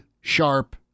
Sharp